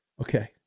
Okay